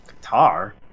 guitar